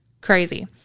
Crazy